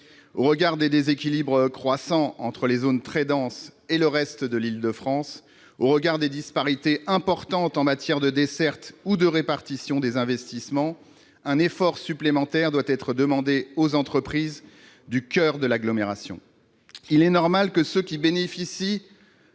Au regard des déséquilibres croissants entre les zones très denses et le reste de l'Île-de-France, au regard des disparités importantes en matière de dessertes ou de répartition des investissements, un effort supplémentaire doit être demandé aux entreprises du coeur de l'agglomération. Il est normal que ceux qui bénéficient